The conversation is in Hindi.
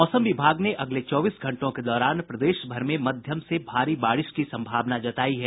मौसम विभाग ने अगले चौबीस घंटों के दौरान प्रदेश भर में मध्यम से भारी बारिश की संभावना जतायी है